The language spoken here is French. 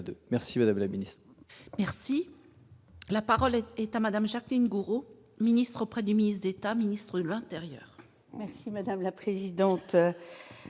merci madame la ministre.